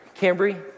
Cambry